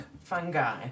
fungi